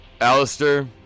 Alistair